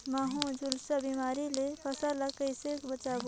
महू, झुलसा बिमारी ले फसल ल कइसे बचाबो?